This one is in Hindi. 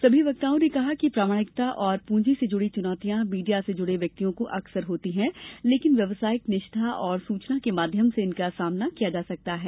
सभी वक्ताओं ने कहा कि प्रामाणिकता और पूंजी से जुड़ी चुनौतियां मीडिया से जुडे व्यक्तियों को अक्सर होती है लेकिन व्यवसायिक निष्ठा और सूचना के माध्यम से इनका सामना किया जा सकता है